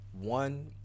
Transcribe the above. one